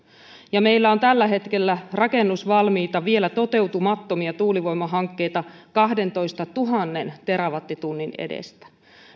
ja meillä on tällä hetkellä rakennusvalmiita vielä toteutumattomia tuulivoimahankkeita kahdentoistatuhannen terawattitunnin edestä